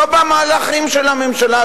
לא במהלכים של הממשלה,